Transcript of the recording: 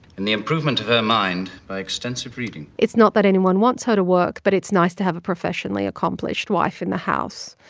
in the improvement of her mind by extensive reading it's not that anyone wants her to work, but it's nice to have a professionally accomplished wife in the house.